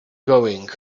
going